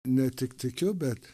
ne tik tikiu bet